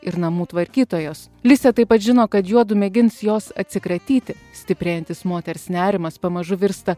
ir namų tvarkytojos lisė taip pat žino kad juodu mėgins jos atsikratyti stiprėjantis moters nerimas pamažu virsta